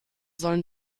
sollen